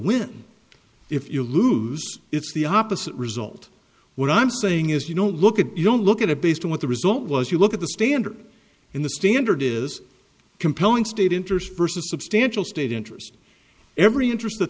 women if you lose it's the opposite result what i'm saying is you know look at you don't look at it based on what the result was you look at the standard in the standard is compelling state interest versus substantial state interest every interest